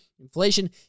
inflation